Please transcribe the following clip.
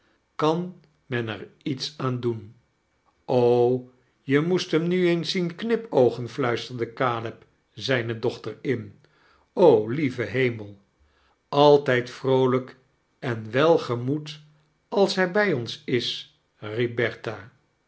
kan men er iets aan doen je moest hem nu eens zien knipoogen fluisiterde caleb zijne dochitex in lieve hemel altijd vroolijk en welgemoed als hij bij ons is